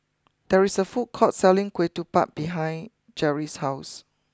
there is a food court selling Ketupat behind Jeri's house